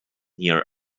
near